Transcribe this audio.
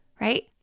right